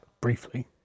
Briefly